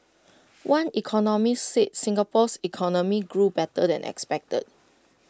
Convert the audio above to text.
one economist said Singapore's economy grew better than expected